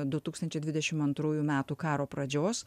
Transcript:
du tūkstančiai dvidešim antrųjų metų karo pradžios